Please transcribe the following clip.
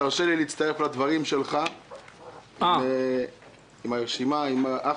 תרשה לי להצטרף לדברים שלך לגבי הרשימה המשותפת,